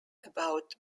about